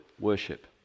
Worship